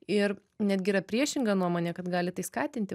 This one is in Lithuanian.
ir netgi yra priešinga nuomonė kad gali tai skatinti